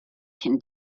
can